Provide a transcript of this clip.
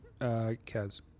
Kaz